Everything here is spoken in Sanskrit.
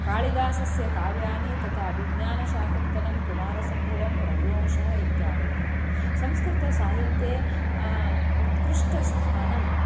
कालिदासस्य काव्यानि तथा अभिज्ञानशाकुन्तलं कुमारसम्भवं रघुवंशम् इत्यादयः संस्कृतसाहित्ये उत्कृष्टस्थानं